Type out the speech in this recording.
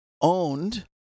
owned